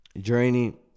Journey